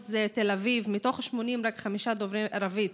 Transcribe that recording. תל אביב: מתוך 80 רק חמישה דוברי ערבית.